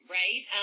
right